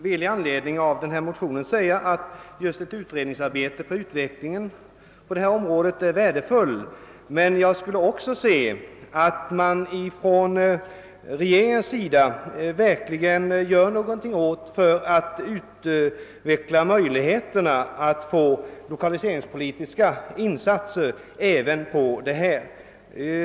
Den utredning som begärs i motionen rörande utvecklingen inom ifrågavarande områden skulle vara mycket värdefull, men jag skulle också mycket gärna se att regeringen gör något för att förbättra de lokaliseringspolitiska insatserna i dessa bygder.